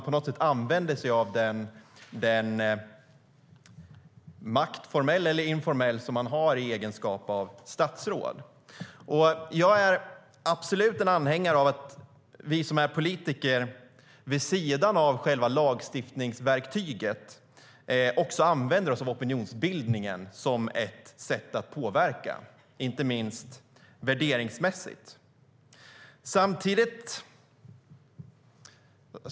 På något sätt använder man sig av den makt, formell eller informell, som man har i egenskap av statsråd. Jag är absolut en anhängare av att vi som är politiker vid sidan av själva lagstiftningsverktyget också använder oss av opinionsbildningen som ett sätt att påverka, inte minst värderingsmässigt.